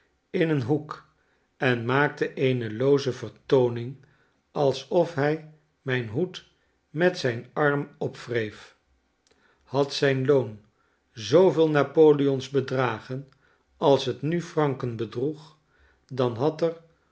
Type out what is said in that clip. in een hoek en maakte een looze vertooning alsof hij mijn hoed met zijn arm opwreef hacj zijn loon zooveel napoleons bedragen als het nu franken bedroeg dan had er